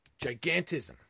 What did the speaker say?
Gigantism